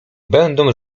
będą